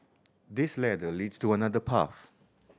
this ladder leads to another path